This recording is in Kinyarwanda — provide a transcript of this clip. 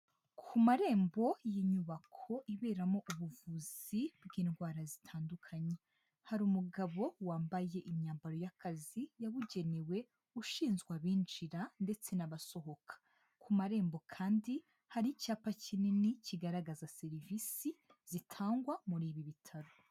Ku marembo y'inyubako iberamo ubuvuzi bw'indwara zitandukanye, hari umugabo wambaye imyambaro y'akazi yabugenewe ushinzwe abinjira ndetse n'abasohoka, ku marembo kandi hari icyapa kinini kigaragaza serivisi zitangwa muri ibi bitaro.